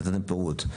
נתתם פירוט.